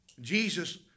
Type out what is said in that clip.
Jesus